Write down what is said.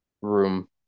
room